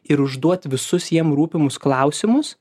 ir užduot visus jiem rūpimus klausimus